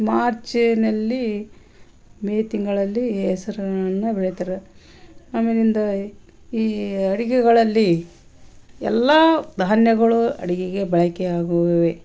ಮಾರ್ಚ್ನಲ್ಲಿ ಮೇ ತಿಂಗಳಲ್ಲಿ ಹೆಸರನ್ನ ಬೆಳಿತಾರೆ ಆಮೇಲಿಂದ ಈ ಅಡುಗೆಗಳಲ್ಲಿ ಎಲ್ಲ ಧಾನ್ಯಗಳೂ ಅಡುಗೆಗೆ ಬಳಕೆಯಾಗುವುವೆ